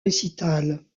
récitals